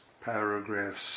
paragraphs